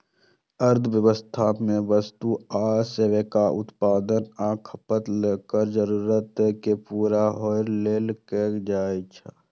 अर्थव्यवस्था मे वस्तु आ सेवाक उत्पादन आ खपत लोकक जरूरत कें पूरा करै लेल कैल जाइ छै